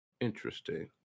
Interesting